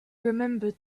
remembered